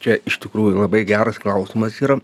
čia iš tikrųjų labai geras klausimas yra